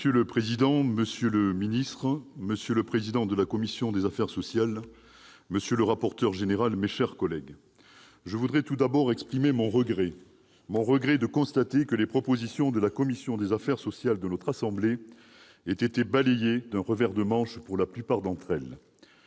Monsieur le président, monsieur le secrétaire d'État, monsieur le président de la commission des affaires sociales, monsieur le rapporteur général, mes chers collègues, je veux tout d'abord exprimer mon regret que les propositions de la commission des affaires sociales de notre assemblée aient été balayées d'un revers de manche pour la plupart d'entre elles.